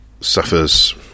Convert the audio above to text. suffers